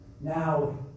now